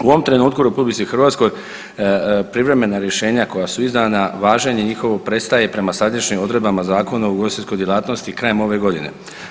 U ovom trenutku u RH privremena rješenja koja su izdana, važenje njihovo prestaje prema sadašnjim odredbama Zakona o ugostiteljskoj djelatnosti krajem ove godine.